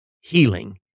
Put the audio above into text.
Healing